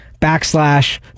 backslash